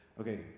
okay